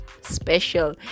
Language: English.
special